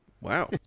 wow